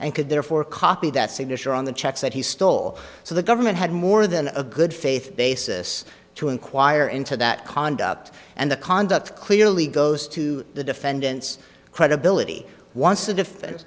and could therefore copy that signature on the checks that he stole so the government had more than a good faith basis to inquire into that conduct and the conduct clearly goes to the defendant's credibility once a defense